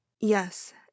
yes